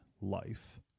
life